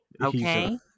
Okay